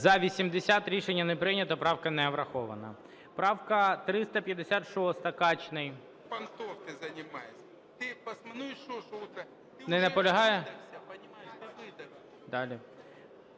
За-80 Рішення не прийнято. Правка не врахована. Правка 356, Качний. Не наполягає? Далі,